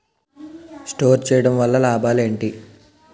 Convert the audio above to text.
Store చేయడం వల్ల లాభాలు ఏంటి?